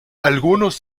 algunos